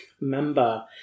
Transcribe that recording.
member